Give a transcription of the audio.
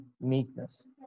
meekness